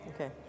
Okay